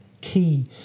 key